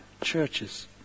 churches